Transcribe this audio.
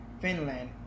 Finland